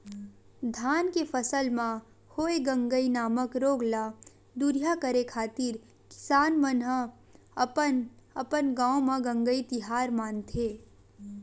धान के फसल म होय गंगई नामक रोग ल दूरिहा करे खातिर किसान मन अपन अपन गांव म गंगई तिहार मानथे